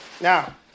now